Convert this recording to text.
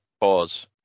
pause